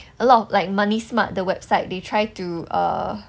a lot of like moneysmart the website they try to err